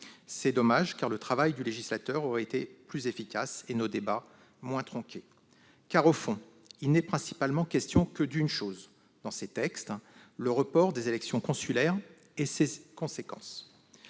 C'est dommage, car le travail du législateur aurait été plus efficace, et nos débats moins tronqués. Au fond, il n'est principalement question, dans ces textes, que du report des élections consulaires et de ses conséquences.